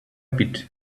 bit